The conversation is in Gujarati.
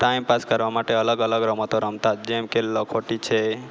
ટાઈમપાસ કરવા માટે અલગ અલગ રમતો રમતા જેમ કે લખોટી છે